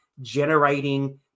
generating